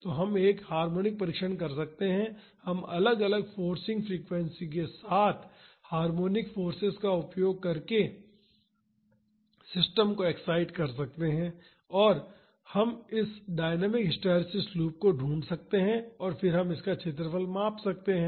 तो हम एक हार्मोनिक परीक्षण कर सकते हैं हम अलग अलग फोर्सिंग फ्रीक्वेंसी के साथ हार्मोनिक फोर्सेज का उपयोग करके सिस्टम को एक्साइट कर सकते हैं और हम इस डायनामिक हिस्टैरिसीस लूप को ढूंढ सकते हैं फिर हम इसका क्षेत्रफल माप सकते हैं